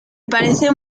parecen